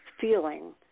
feeling